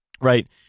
right